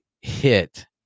hit